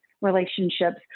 relationships